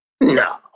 no